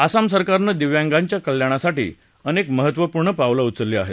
आसाम सरकारनं दिव्यांगांच्या कल्याणासाठी अनेक महत्वपूर्ण पावलं उचललली आहेत